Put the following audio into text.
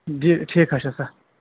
دِ ٹھیٖک حظ چھُ سَر